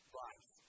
life